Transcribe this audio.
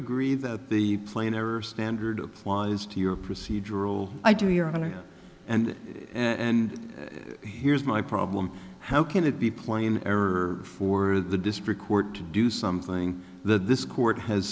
agree that the plain error standard applies to your procedural i do your honor and and here's my problem how can it be plain error for the district court to do something that this court has